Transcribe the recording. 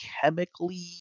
chemically